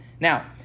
Now